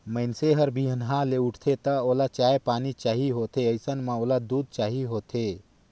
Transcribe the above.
मइनसे हर बिहनहा ले उठथे त ओला चाय पानी चाही होथे अइसन म ओला दूद चाही होथे